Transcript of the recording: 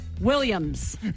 Williams